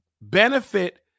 benefit